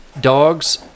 dogs